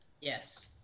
Yes